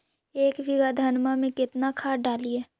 एक बीघा धन्मा में केतना खाद डालिए?